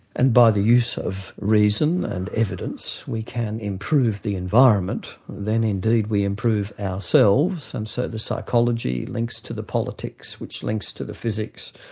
and by the use of reason and evidence we can improve the environment, then indeed we improve ourselves. and so the psychology links to the politics which links to the physics,